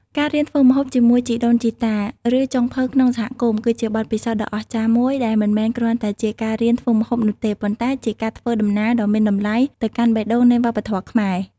ការរៀនធ្វើម្ហូបជាមួយជីដូនជីតា ឬចុងភៅក្នុងសហគមន៍គឺជាបទពិសោធន៍ដ៏អស្ចារ្យមួយ ដែលមិនមែនគ្រាន់តែជាការរៀនធ្វើម្ហូបនោះទេ ប៉ុន្តែជាការធ្វើដំណើរដ៏មានតម្លៃទៅកាន់បេះដូងនៃវប្បធម៌ខ្មែរ។